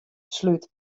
slút